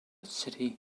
city